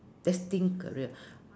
destined career